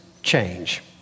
change